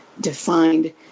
defined